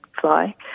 fly